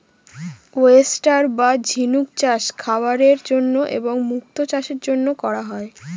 oyster বা ঝিনুক চাষ খাবারের জন্য এবং মুক্তো চাষের জন্য করা হয়